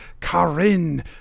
Karin